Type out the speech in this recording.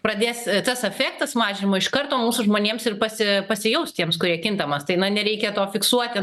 pradės tas efektas mažinimo iš karto mūsų žmonėms ir pasi pasijaus tiems kurie kintamas tai na nereikia to fiksuoti